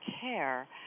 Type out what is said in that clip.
care